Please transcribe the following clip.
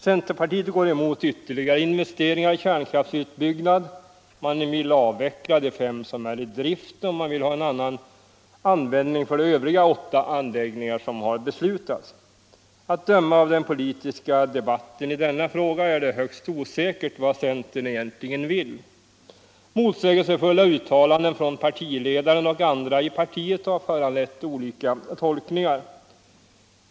Centerpartiet går emot ytterligare investeringar i kärnkraftsutbyggnad, man vill avveckla de fem som är i drift, och man vill ha en annan användning för de övriga åtta anläggningar som har beslutats. Att döma av den politiska debatten i denna fråga är det högst osäkert vad centern egentligen vill. Motsägelsefulla uttalanden från partiledaren och andra i partiet har föranlett olika tolkningar.